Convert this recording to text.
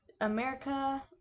america